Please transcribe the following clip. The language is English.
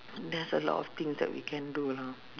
theres a lot of things that we can do you know